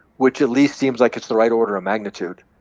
which at least seems like it's the right order of magnitude.